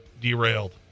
derailed